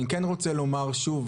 אני כן רוצה לומר שוב,